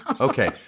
Okay